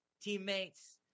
teammates